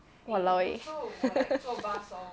!walao! eh